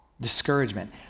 discouragement